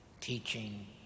teaching